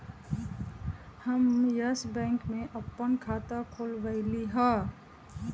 हम Yes Bank में अप्पन नया खाता खोलबईलि ह